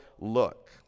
look